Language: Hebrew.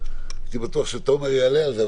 הייתי בטוח שתומר יעלה על זה,